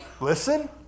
listen